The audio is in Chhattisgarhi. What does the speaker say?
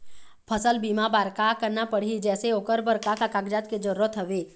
फसल बीमा बार का करना पड़ही जैसे ओकर बर का का कागजात के जरूरत हवे?